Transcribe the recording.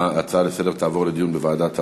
ההצעה לסדר-היום תעבור לדיון בוועדת העבודה,